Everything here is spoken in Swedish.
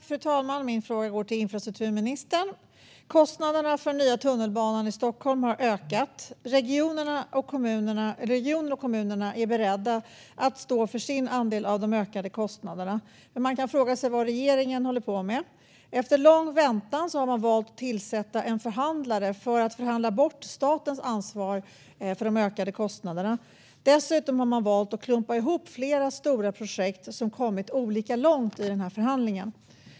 Fru talman! Min fråga går till infrastrukturministern. Kostnaderna för den nya tunnelbanan i Stockholm har ökat. Regionen och kommunerna är beredda att stå för sin andel av de ökade kostnaderna. Men man kan fråga sig vad regeringen håller på med. Efter lång väntan har man valt att tillsätta en förhandlare som ska förhandla bort statens ansvar för de ökade kostnaderna. Dessutom har man valt att klumpa ihop flera stora projekt som har kommit olika långt i denna förhandling.